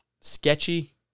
sketchy